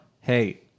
hey